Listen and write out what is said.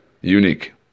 unique